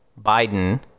biden